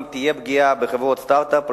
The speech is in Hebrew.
אם תהיה פגיעה בחברות סטארט-אפ,